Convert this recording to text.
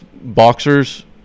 boxers